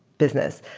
business.